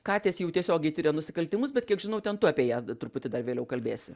katės jau tiesiogiai tiria nusikaltimus bet kiek žinau ten tu apie ją truputį dar vėliau kalbėsi